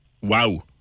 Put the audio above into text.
Wow